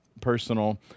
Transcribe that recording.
personal